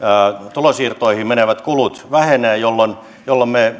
tulonsiirtoihin menevät kulut vähenevät jolloin jolloin me